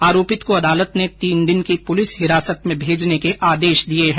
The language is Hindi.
आरोपी को अदालत ने तीन दिन की पुलिस हिरासत में भेजने के आदेश दिये है